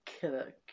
killer